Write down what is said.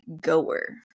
goer